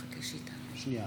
מתחייב אני תודה רבה לכם.